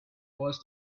was